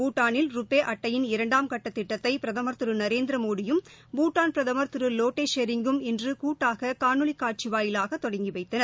பூட்டானில் ருபே அட்டையின் இரண்டாம் கட்டத் திட்டத்தை பிரதமா் திரு நரேந்திரமோடியும் பூட்டான் பிரதமர் திரு லோட்டே ஷெரிங் கும் இன்று கூட்டாக காணொலி காட்சி வாயிலாக தொடங்கி வைத்தனர்